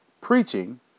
preaching